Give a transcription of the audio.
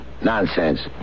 Nonsense